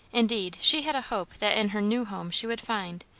indeed, she had a hope that in her new home she would find,